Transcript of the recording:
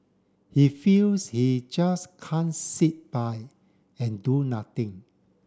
he feels he just can't sit by and do nothing